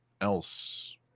else